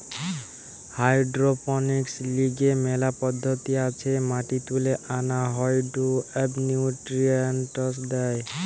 hydroponics লিগে মেলা পদ্ধতি আছে মাটি তুলে আনা হয়ঢু এবনিউট্রিয়েন্টস দেয়